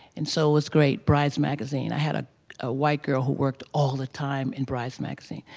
and so it was great. brides magazine, i had ah a white girl who worked all the time in brides magazine.